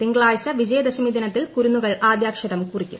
തിങ്കളാഴ്ച്ച വിജയദശമി ദിനത്തിൽ കുരുന്നുകൾ ആദ്യാക്ഷരം കുറിക്കും